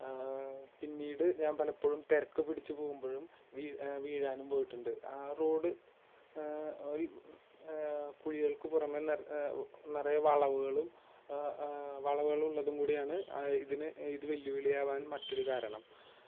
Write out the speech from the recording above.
പിന്നീട് ഞാൻ പലപ്പോഴും തിരക്ക് പിടിച്ച് പോകുമ്പോഴും വീ വീഴാനും പോയിട്ടുണ്ട് ആ റോഡ് ഒരു കുഴികൾക്ക് പുറമെ നര് നിറയെ വളവുകളും വളവുകളുള്ളതും കൂടിയാണ് ഇതിന് ഇത് വെല്ലുവിളിയാവാന് മറ്റൊരു കാരണം